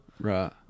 Right